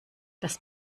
das